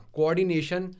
Coordination